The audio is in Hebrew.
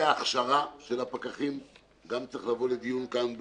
ההכשרה של הפקחים גם צריך לבוא לדיון כאן,